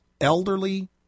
elderly